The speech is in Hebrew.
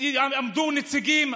עמדו נציגים,